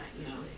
usually